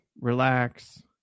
relax